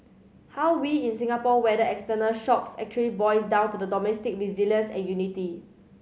how we in Singapore weather external shocks actually boils down to the domestic resilience and unity